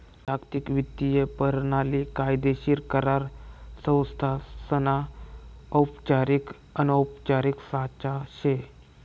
जागतिक वित्तीय परणाली कायदेशीर करार संस्थासना औपचारिक अनौपचारिक साचा शे